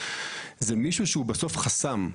זה מישהו שהוא בסוף חסם.